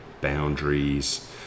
boundaries